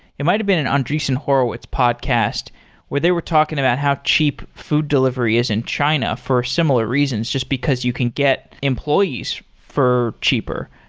might have been an andreessen horowitz podcast where they were talking about how cheap food delivery is in china for similar reasons just because you can get employees for cheaper.